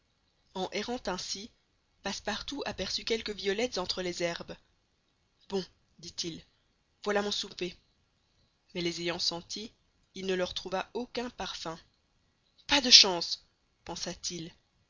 en errant ainsi passepartout aperçut quelques violettes entre les herbes bon dit-il voilà mon souper mais les ayant senties il ne leur trouva aucun parfum pas de chance pensa-t-il